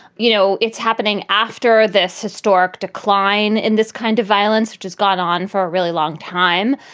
you know, it's happening after this historic decline in this kind of violence, which has gone on for a really long time.